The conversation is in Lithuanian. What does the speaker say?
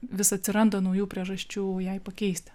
vis atsiranda naujų priežasčių jai pakeisti